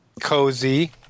Cozy